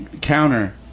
counter